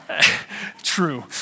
True